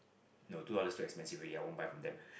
no two dollars too expensive already I won't buy from them